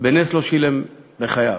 בנס לא שילם בחייו.